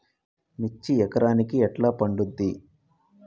మిర్చి ఎకరానికి ఎట్లా పండుద్ధి?